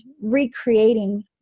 recreating